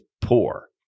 poor